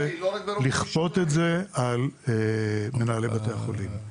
צריך לכפות את זה על מנהלי בתי החולים.